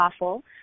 awful